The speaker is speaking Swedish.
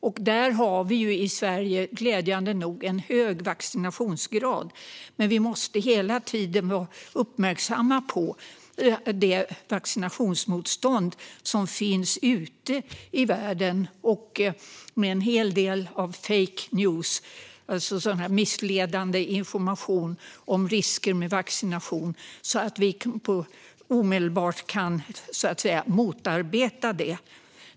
I Sverige har vi glädjande nog en hög vaccinationsgrad, men vi måste hela tiden vara uppmärksamma på det vaccinationsmotstånd som finns ute i världen - med en hel del fake news, alltså missledande information om risker med vaccination - så att vi omedelbart kan motarbeta detta.